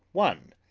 one.